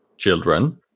Children